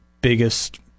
biggest